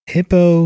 Hippo